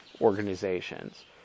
organizations